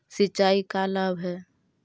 सिंचाई का लाभ है?